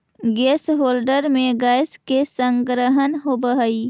gas holder में gas के संग्रहण होवऽ हई